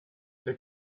der